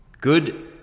good